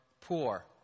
poor